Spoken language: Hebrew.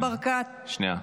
ברקת ------ שנייה.